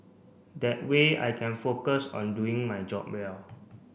that way I can focus on doing my job well